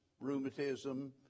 rheumatism